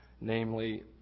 Namely